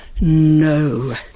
no